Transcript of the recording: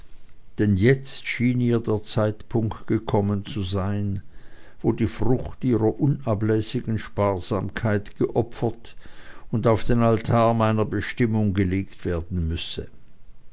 denn jetzt schien ihr der zeitpunkt gekommen zu sein wo die frucht ihrer unablässigen sparsamkeit geopfert und auf den altar meiner bestimmung gelegt werden müsse